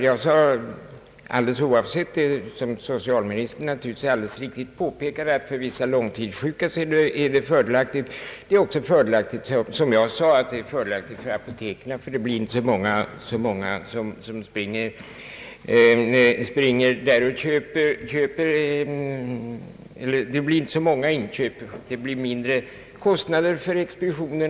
Socialministern påpekade — naturligtvis alldeles riktigt — att det är fördelaktigt för vissa långtidssjuka. Som jag sade, är det också fördelaktigt för apoteken, eftersom det inte blir så många inköp. Det uppstår mindre kostnader för apotekens expeditioner.